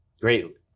Great